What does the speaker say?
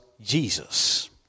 Jesus